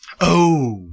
Oh